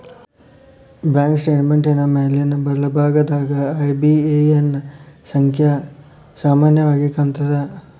bank ಸ್ಟೇಟ್ಮೆಂಟಿನ್ ಮ್ಯಾಲಿನ್ ಬಲಭಾಗದಾಗ ಐ.ಬಿ.ಎ.ಎನ್ ಸಂಖ್ಯಾ ಸಾಮಾನ್ಯವಾಗಿ ಕಾಣ್ತದ